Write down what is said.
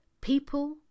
people